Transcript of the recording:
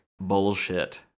bullshit